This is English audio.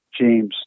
James